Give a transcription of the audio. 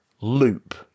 loop